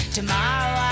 Tomorrow